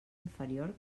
inferior